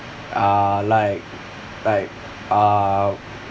uh like like uh